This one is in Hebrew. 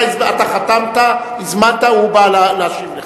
אתה חתמת, הזמנת, הוא בא להשיב לך.